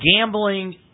gambling